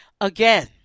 again